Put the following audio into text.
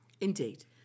Indeed